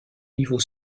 niveau